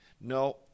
No